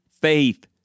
faith